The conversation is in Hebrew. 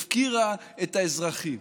היא הפקירה את האזרחים.